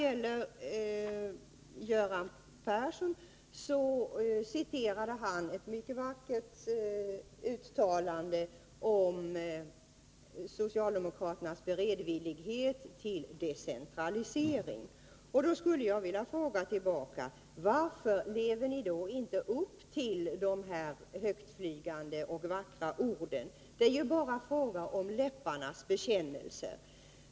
Göran Persson citerade ett mycket vackert uttalande om socialdemokraternas beredvillighet till decentralisering. Då skulle jag vilja fråga honom: Varför lever ni inte upp till de högtflygande och vackra orden? Men det är bara läpparnas bekännelse.